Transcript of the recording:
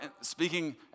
speaking